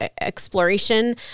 exploration